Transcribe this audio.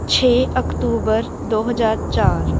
ਛੇ ਅਕਤੂਬਰ ਦੋ ਹਜ਼ਾਰ ਚਾਰ